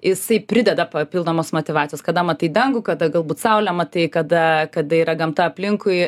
jisai prideda papildomos motyvacijos kada matai dangų kada galbūt saulę matai kada kada yra gamta aplinkui